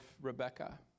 Rebecca